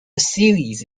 series